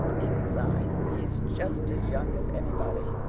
inside he's just as young as anybody.